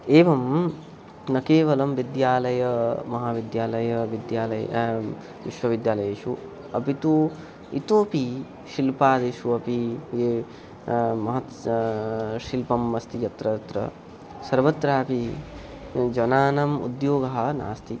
एवं न केवलं विद्यालये महाविद्यालये विद्यालये विश्वविद्यालयेषु अपि तु इतोऽपि शिल्पादिषु अपि ये महत् स् शिल्पम् अस्ति यत्र यत्र सर्वत्रापि जनानम् उद्योगः नास्ति